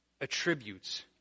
attributes